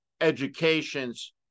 educations